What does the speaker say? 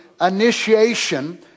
initiation